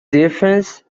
difference